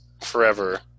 forever